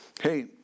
hey